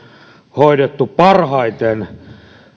hoidettu parhaiten